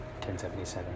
1077